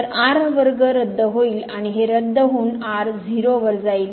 तर r वर्ग रद्द होईल आणि हे रद्द होऊन r 0 वर जाईल